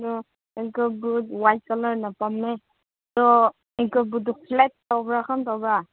ꯑꯗꯣ ankle boot white ꯀꯂꯔꯅ ꯄꯥꯝꯃꯦ ꯑꯗꯣ ꯑꯦꯡꯀꯜ ꯕꯨꯠꯇꯣ ꯐ꯭ꯂꯦꯠ ꯇꯧꯕ꯭ꯔꯥ ꯀꯔꯝ ꯇꯧꯕ꯭ꯔꯥ